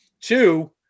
two